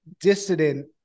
dissident